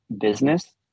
business